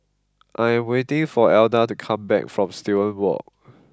I am waiting for Elda to come back from Student Walk